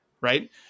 right